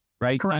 right